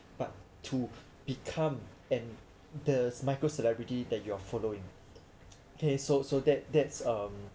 but to become and the micro celebrity that you are following okay so so that that's um